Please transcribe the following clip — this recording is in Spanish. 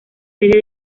serie